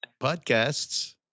podcasts